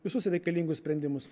visus reikalingus sprendimus